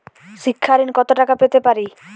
শিক্ষা ঋণ কত টাকা পেতে পারি?